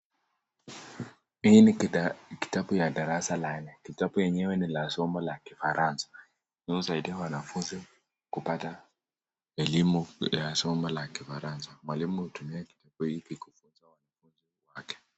Hii ni kitabu ya darasa la nne, kitabu ni la somo la kifaransa husaidia wanafunzi kupata elimu ya somo la kifaransa. Mwalimu hutumia kitabu hiki kufunza watoto wake.